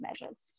measures